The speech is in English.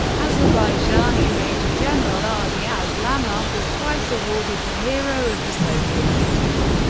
azerbaijani major-general azi ah aslanov was twice awarded the hero of the soviet union.